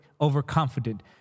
overconfident